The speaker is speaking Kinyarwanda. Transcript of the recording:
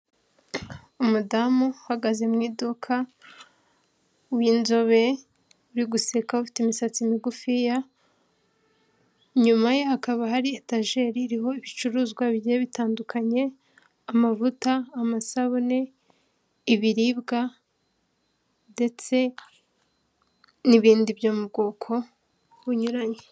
Umudamu uhagaze mu iduka, w'inzobe, uri guseka, ufite imisatsi migufiya, inyuma ye hakaba hari etajeri, iriho ibicuruzwa bigiye bitandukanye, amavuta, amasabune, ibiribwa, ndetse n'ibindi byo mu bwoko bunyuranye.